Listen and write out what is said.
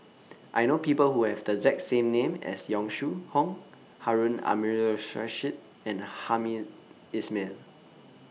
I know People Who Have The exact same name as Yong Shu Hoong Harun Aminurrashid and Hamed Ismail